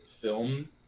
film